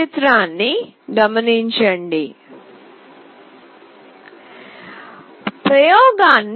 ప్రయోగాన్ని పరిశీలిద్దాం